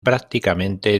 prácticamente